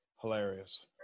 hilarious